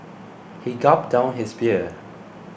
he gulped down his beer